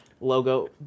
logo